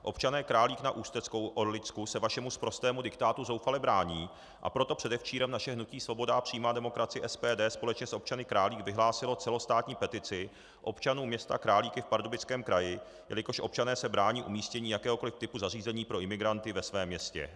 Občané Králík na Ústeckoorlicku se vašemu sprostému diktátu zoufale brání, a proto předevčírem naše hnutí Svoboda a přímá demokracie SPD společně s občany Králík vyhlásilo celostátní petici občanů města Králíky v Pardubickém kraji, jelikož občané se brání umístění jakékoliv typu zařízení pro imigranty ve svém městě.